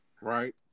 Right